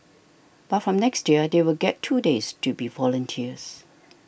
but from next year they will get two days to be volunteers